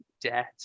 debt